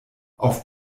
auf